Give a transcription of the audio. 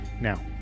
Now